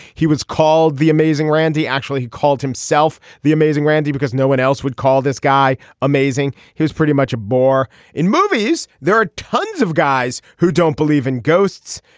he was called the amazing randi. actually he called himself the amazing randi because no one else would call this guy amazing. he was pretty much a bore in movies. there are tons of guys who don't believe in ghosts.